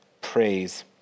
praise